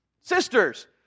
sisters